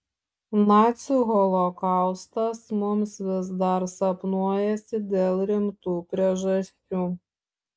nacių holokaustas mums vis dar sapnuojasi dėl rimtų priežasčių